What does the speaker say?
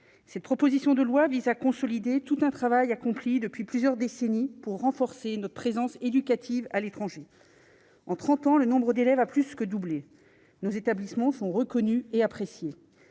cette proposition de loi vise à consolider tout un travail accompli depuis plusieurs décennies, pour renforcer notre présence éducative à l'étranger en 30 ans le nombre d'élèves a plus que doublé nos établissements sont reconnus et appréciés,